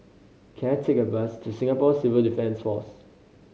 can I take a bus to Singapore Civil Defence Force